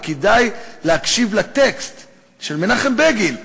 וכדאי להקשיב לטקסט של מנחם בגין השמאלן.